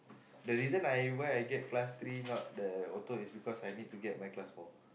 the reason I why I get class three not the auto is because I need to get my class four